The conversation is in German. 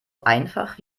einfach